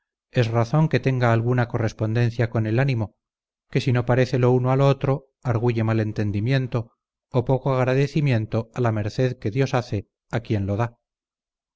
es razón que tenga alguna correspondencia con el ánimo que si no parece lo uno a lo otro arguye mal entendimiento o poco agradecimiento a la merced que dios hace a quien lo da